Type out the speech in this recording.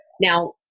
Now